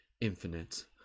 infinite